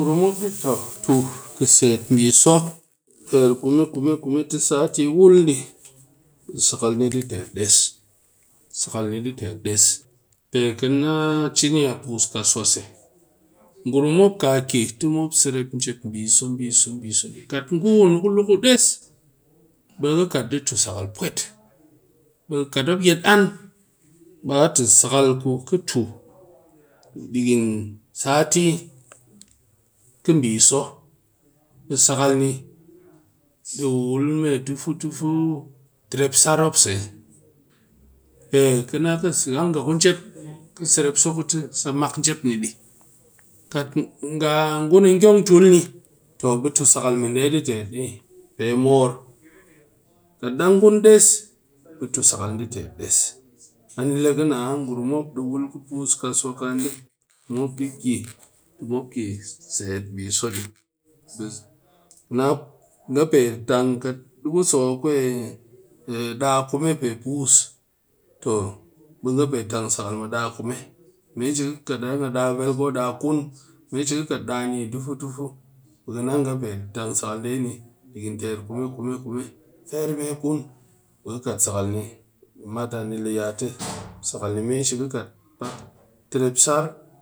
Ngurum mop di tu sakal kɨ set biso ter kume-kume ti sati wul di be sakal ni ɗe tet des pe ka naa cini a puus kasuwa se ngurum mop ka ki ti mop serep njep biso di kat ngu ku ni ku luu des be ki kat di tu sakal pwet to kat dang mop yet an be a ti sakal ku ka tu yi sati ka biso be sakal ni di wul me dubu terep sar mop se kat nga ku njep ki serep so ku ti sa mak njep ni di kat ngun a dyon tul ni to be tu sakal mi nde di tong moor kat dang ngun des be tu sakal ni di tet des ani le pus kasuwa ka nde mop di ki set biso di kat di so a ɗaa kume par puus to nga pe tang sakal ni yi ter fermikun.